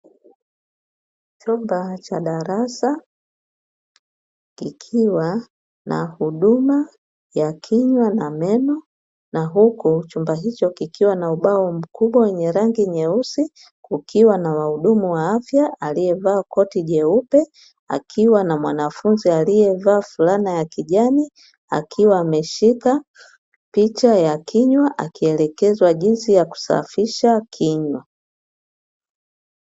Chumba cha darasa kikiwa na huduma ya kinywa na meno na huku chumba hicho kikiwa na ubao mkubwa wenye rangi nyeusi kukiwa na wahudumu wa afya, aliyevaa koti jeupe akiwa na mwanafunzi aliyevaa fulana ya kijani akiwa ameshika picha ya kinywa akielekezwa jinsi ya kusafisha kinywa.